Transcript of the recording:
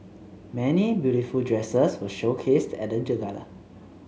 many beautiful dresses were showcased at the gala